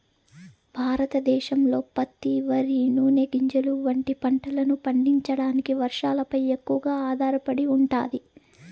భారతదేశంలో పత్తి, వరి, నూనె గింజలు వంటి పంటలను పండించడానికి వర్షాలపై ఎక్కువగా ఆధారపడి ఉంటాది